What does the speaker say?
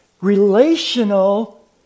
relational